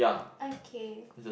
okay